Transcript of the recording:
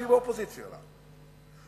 שאני באופוזיציה לה,